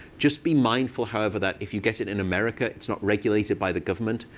just be mindful, however, that if you get it in america, it's not regulated by the government.